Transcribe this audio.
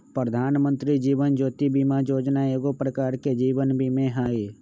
प्रधानमंत्री जीवन ज्योति बीमा जोजना एगो प्रकार के जीवन बीमें हइ